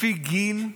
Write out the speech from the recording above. לפי גיל,